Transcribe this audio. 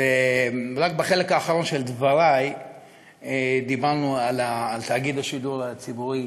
ורק בחלק האחרון של דברי דיברנו על תאגיד השידור הציבורי,